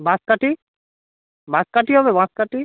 বাঁশকাঠি বাঁশকাঠি হবে বাঁশকাঠি